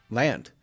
land